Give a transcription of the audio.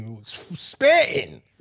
Spitting